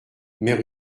mère